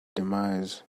demise